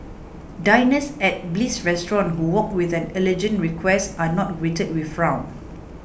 diners at Bliss Restaurant who walk with them allergen requests are not greeted with a frown